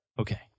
okay